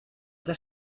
già